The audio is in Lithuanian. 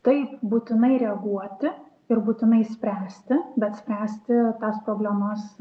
taip būtinai reaguoti ir būtinai spręsti bet spręsti tas problemas